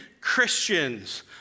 Christians